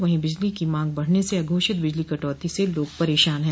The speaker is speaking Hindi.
वहीं बिजली की मांग बढ़ने से अघोषित बिजली कटौती से लोग परेशान है